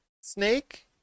Snake